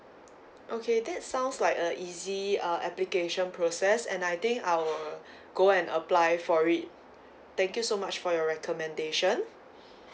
okay that sounds like a easy uh application process and I think I'll go and apply for it thank you so much for your recommendation